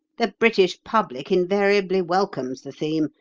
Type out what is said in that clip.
the british public invariably welcomes the theme,